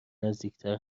نزدیکتر